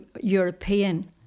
european